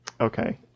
okay